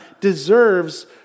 deserves